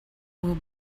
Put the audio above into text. will